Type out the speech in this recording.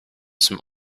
some